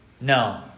No